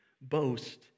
boast